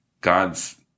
God's